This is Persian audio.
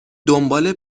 دنبال